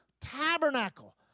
tabernacle